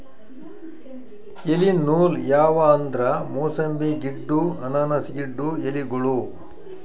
ಎಲಿ ನೂಲ್ ಯಾವ್ ಅಂದ್ರ ಮೂಸಂಬಿ ಗಿಡ್ಡು ಅನಾನಸ್ ಗಿಡ್ಡು ಎಲಿಗೋಳು